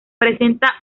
presenta